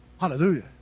Hallelujah